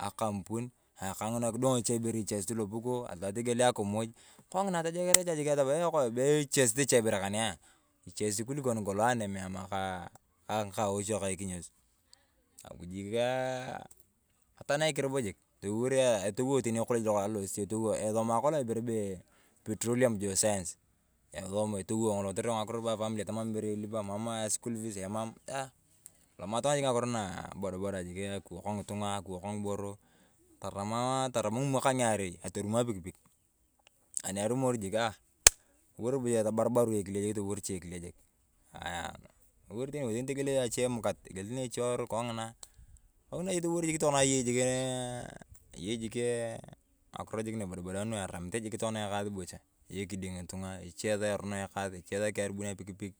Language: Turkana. akampun kidong cha ibere ichesit lopuko togielea akimuj. Kong’ina tojeker jik atamaa bee ichesit cha ibere kane a ichesit kulikoo ni kolong anem amaa kaa jikia atanaik robo jik toliwor etowo tani ekolej lo kolong alosit etowo. Esomae kolong ayong ibere bee petroleam jeosaens. Esoma etowo kolong kotere ng’akiro apamili tamam ibere ilipae tomam asukul pis emam aah amatarjik nakiro na abodaboda jik. Akiwok ng'itung'a, ng'iboro, atam ng’imwakae ng’irei atoromo apikpik. Anirumori jikia, toliwor ebaribari ekile jikia toliwor cha akile jik. Aaaaya toliwor jik egielii tani amukat kaa nyicheoru kong'ina. Towor jik tokona ayei jikia eeh ayei jikii nakiro na ebodabodanua jiki tokona. Ayei kidding ng'itung'a eche esaa erono ekas ng’ache saa ebuuni apikpik.